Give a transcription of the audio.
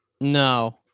No